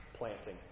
planting